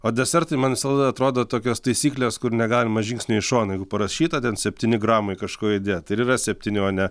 o desertui man visada atrodo tokios taisyklės kur negalima žingsnį į šoną jeigu parašyta ten septyni gramai kažko įdėt ir yra septyni o ne